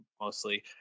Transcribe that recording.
mostly